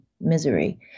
misery